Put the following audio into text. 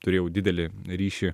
turėjau didelį ryšį